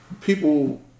People